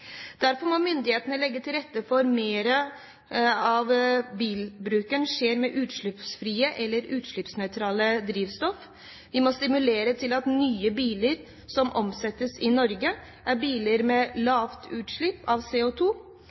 Derfor må myndighetene legge til rette for at mer av bilbruken skjer med utslippsfritt eller utslippsnøytralt drivstoff. Vi må stimulere til at nye biler som omsettes i Norge, er biler med lavt utslipp av